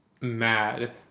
Mad